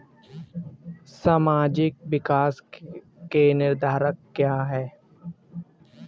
सामाजिक विकास के निर्धारक क्या है?